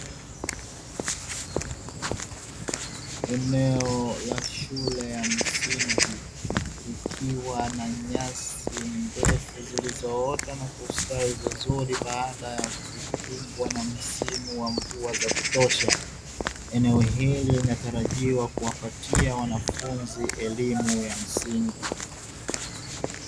Eneo la shule ya msingi likiwa na nyasi ndefu zilizoota na kustawi vizuri baada ya kukumbwa na msimu wa mvua za kutosha, eneo hili linatarajiwa kuwapatia wanafunzi elimu ya msingi.